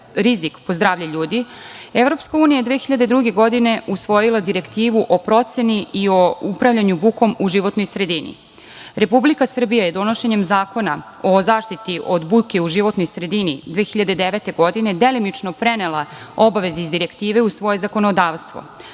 rizik po zdravlje ljudi, Evropska unija je 2002. godine usvojila direktivu o proceni i o upravljanju bukom u životnoj sredini. Republike Srbija je donošenjem zakona o zaštiti od buke u životnoj sredini 2009. godine delimično prenela obaveze iz direktive u svoje zakonodavstvo.